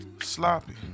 sloppy